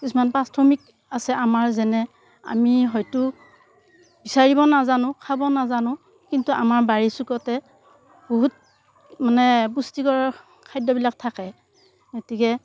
কিছুমান পাচঁঠমিক আছে আমাৰ যেনে আমি হয়তো বিচাৰিব নাজানোঁ খাব নাজানো কিন্তু আমাৰ বাৰীৰ চোকতে বহুত মানে পুষ্টিকৰ খাদ্য়বিলাক থাকে গতিকে